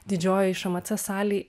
didžiojoj šmc salėj